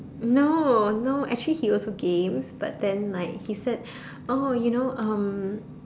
no no actually he also games but then like he said oh you know um